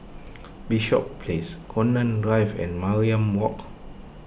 Bishops Place Connaught Drive and Mariam Walk